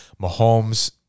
Mahomes